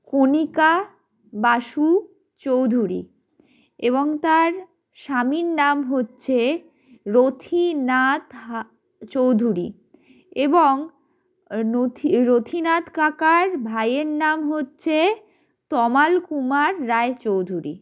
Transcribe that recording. কণিকা বসু চৌধুরী এবং তার স্বামীর নাম হচ্ছে রথীনাথ চৌধুরী এবং নথি রথীনাথ কাকার ভাইয়ের নাম হচ্ছে তমাল কুমার রায়চৌধুরী